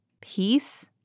peace